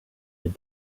had